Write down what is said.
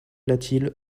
latil